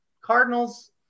cardinals